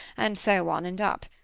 and so on and up.